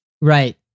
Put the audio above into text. Right